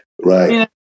right